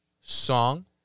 song